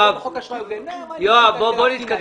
בואו נתקדם.